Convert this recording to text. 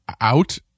out